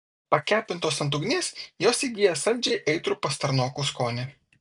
pakepintos ant ugnies jos įgyja saldžiai aitrų pastarnokų skonį